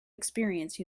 experience